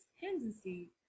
tendency